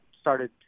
started